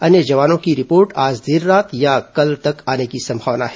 अन्य जवानों की रिपोर्ट आज देर रात या कल तक आने की संभावना है